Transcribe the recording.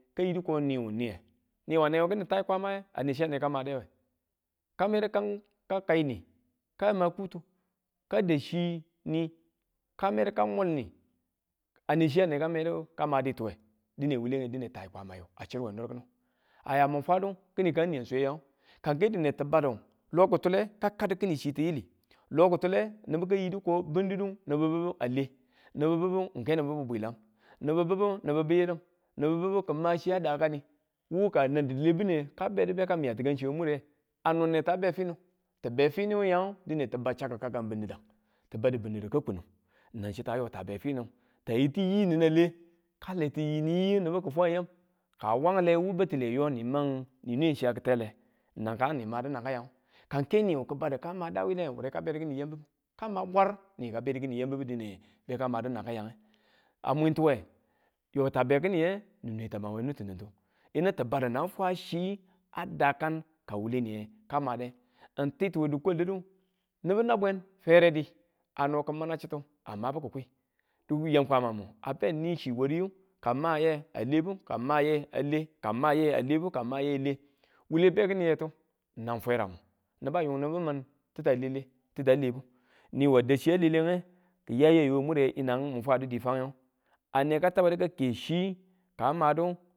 Kayidi ko niwu niwe, niwa newe kini tai kwamaye ane chi ane madewe, ka medu ka kai ni kama kutu ka da̱u chi ni ka medu ka mwa̱l ni a ne chi a medituywe dine wulege dine tai kwamayu a chirwe nir kinu, aya mi fwadu kini kang niyang swe yang ka dine tibadu lo ki tule kadu kini chi tiyili lo ki tule nibu ka yidu ko bindudu ko nibu bubu a le nibi bibu n ke nibu bi bwilam, nibu bubu nibu biyilim, nibu bibu kima chi aya dakani wu kanan dile bunne kabedu ka miya tikangchiyan we mure ano neta be finu ti be finu wang dine ti ba̱ chakku kakan bundudang yi badu bundudu ka kune nang chitta yo ta be finu ta yi ti yii ni nan le ka le yiiti wu nibu kin fwayam ka wanle wu battile yoni mun ki̱tele nankaan nu madu nakayan kaan ke niwu ka badu ka ma daa wuyile wure ka bedu kini yambubu, kama mwar ni ka bedu kin yambubu dine be ka madu nanku yange a mwintuye yo be kiniye ni nwe taman kini nittinutu yinu ti badu nang fwa chi a dakang, ka wule niye ka made n ti tiwe dikwadudu nibu nabwen fweredi ano kimana chittu amabu ki̱kwi, diwu yam kwamamu a benichi wariyu wariyu kangma ye a lebu kangmaye le kangmayea lebu kangmaye a le, wule a be kiniye tu fwerang niba a yung nibumin chitta a lebe chitta a le ni wa a dau chi a lelenge kiya yayu a mure yinang mu fwadu di fwange ane ka taba ka ke chi kang madu.